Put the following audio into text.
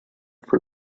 for